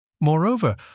Moreover